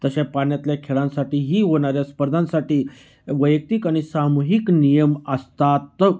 तशा पाण्यातल्या खेळांसाठीही होणाऱ्या स्पर्धांसाठी वैयक्तिक आणि सामूहिक नियम असतात